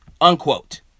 unquote